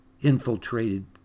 infiltrated